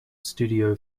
studio